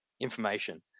information